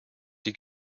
die